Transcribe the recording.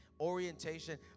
orientation